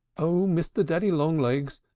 oh, mr. daddy long-legs!